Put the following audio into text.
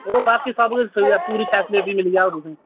ओ बाकी सबकिश ठीक ऐ पूरी फेसीलिटी मिली जाह्ग तुसेंगी